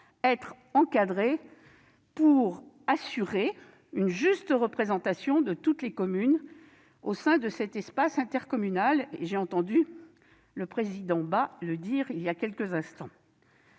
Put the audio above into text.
être encadrés pour assurer une juste représentation de toutes les communes au sein de l'espace intercommunal, j'ai d'ailleurs entendu Philippe Bas le dire il y a quelques instants.